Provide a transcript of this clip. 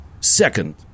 second